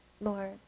Lord